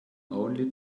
only